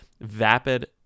vapid